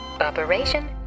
Operation